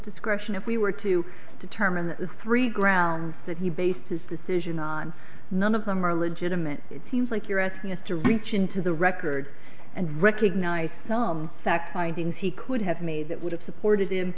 discretion if we were to determine that the three grounds that he based his decision on none of them are legitimate it seems like you're asking us to reach into the record and recognize some fact findings he could have made that would have supported him